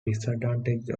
disadvantage